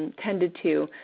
tended to.